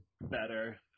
better